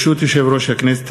ברשות יושב-ראש הכנסת,